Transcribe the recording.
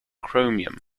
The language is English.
chromium